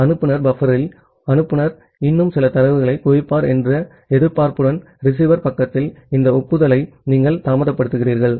அனுப்புநர் பஃப்பரில் அனுப்புநர் இன்னும் சில தரவுகளைக் குவிப்பார் என்ற எதிர்பார்ப்புடன் ரிசீவர் பக்கத்தில் இந்த ஒப்புதலை நீங்கள் தாமதப்படுத்துகிறீர்கள்